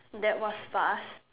that was fast